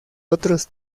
otros